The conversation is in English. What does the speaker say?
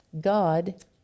God